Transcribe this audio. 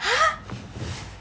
!huh!